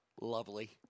Lovely